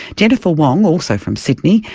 jennifer wong, also from sydney,